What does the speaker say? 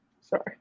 Sorry